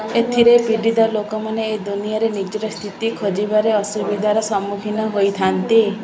ଏଥିରେ ପୀଡ଼ିତ ଲୋକମାନେ ଏ ଦୁନିଆରେ ନିଜର ସ୍ଥିତି ଖୋଜିବାରେ ଅସୁବିଧାର ସମ୍ମୁଖୀନ ହୋଇଥାନ୍ତି